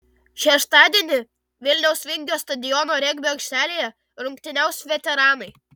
šeštadienį vilniaus vingio stadiono regbio aikštėje rungtyniaus veteranai